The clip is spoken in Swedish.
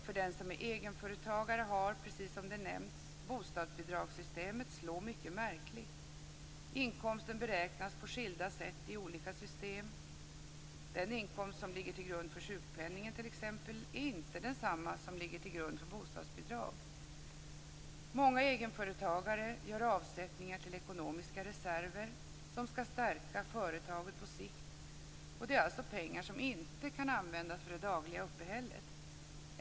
För den som är egenföretagare kan, precis som nämnts, bostadsbidragssystemet slå mycket märkligt. Inkomsten beräknas på skilda sätt i olika system. Den inkomst som ligger till grund för sjukpenning är t.ex. inte densamma som den som ligger till grund för bostadsbidrag. Många egenföretagare gör avsättningar till ekonomiska reserver, som skall stärka företaget på sikt, och det är alltså pengar som inte kan användas för det dagliga uppehället.